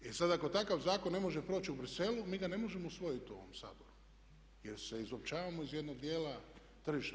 I sad ako takav zakon ne može proći u Bruxellesu mi ga ne možemo usvojiti u ovom Saboru, jer se izopćavamo iz jednog dijela tržišta.